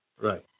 Right